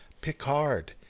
Picard